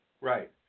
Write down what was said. Right